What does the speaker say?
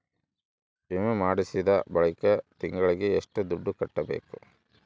ವಿಮೆ ಮಾಡಿಸಿದ ಬಳಿಕ ತಿಂಗಳಿಗೆ ಎಷ್ಟು ದುಡ್ಡು ಕಟ್ಟಬೇಕು?